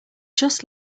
just